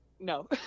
No